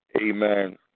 Amen